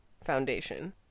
Foundation